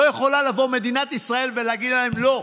לא יכולה לבוא מדינת ישראל ולהגיד להם: לא,